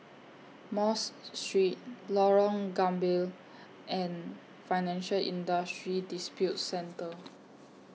Mosque Street Lorong Gambir and Financial Industry Disputes Center